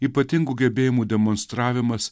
ypatingų gebėjimų demonstravimas